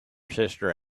sister